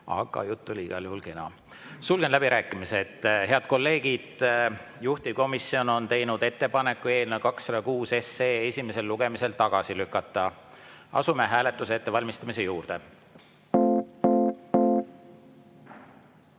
Aga jutt oli igal juhul kena. Sulgen läbirääkimised. Head kolleegid, juhtivkomisjon on teinud ettepaneku eelnõu 206 esimesel lugemisel tagasi lükata. Asume hääletuse ettevalmistamise juurde. Head